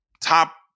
top